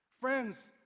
Friends